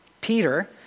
Peter